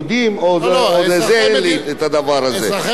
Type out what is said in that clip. אזרחי מדינת ישראל הם לא שונים אם הם יהודים או ערבים,